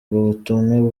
ubutumwa